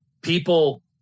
people